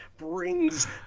Brings